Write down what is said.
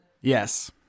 yes